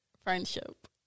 friendship